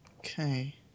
Okay